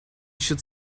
should